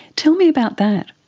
tell me about that.